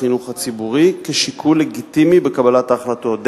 החינוך הציבורי כשיקול לגיטימי בקבלת ההחלטות.